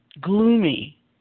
gloomy